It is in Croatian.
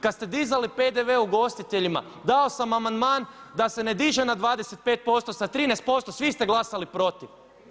Kada ste dizali PDV ugostiteljima dao sam amandman da se ne diže na 25% sa 13%, svi ste glasali protiv.